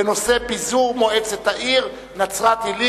בנושא: פיזור מועצת העיר נצרת-עילית.